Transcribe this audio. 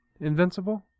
Invincible